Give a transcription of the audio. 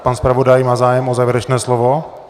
Pan zpravodaj má zájem o závěrečné slovo?